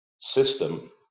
system